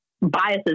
biases